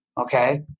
okay